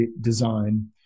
design